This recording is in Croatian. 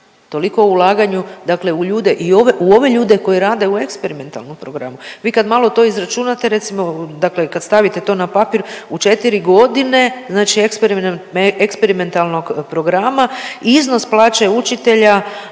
Toliko o ulaganju dakle u ljude i u ove, ove ljude koji rade u eksperimentalnom programu. Vi kad malo to izračunate recimo dakle kad stavite to na papir u 4 godine znači eksperimentalnog programa iznos plaće učitelja